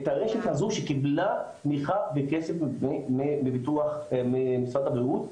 את הרשת הזו שקיבלה תמיכה בכסף ממשרד הבריאות,